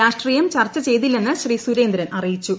രാഷ്ട്രീയം ചർച്ച ചെയ്തില്ലെന്ന് ശ്രീ സ്റ്റ്രേന്ദ്രൻ അറിയിച്ചു